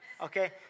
Okay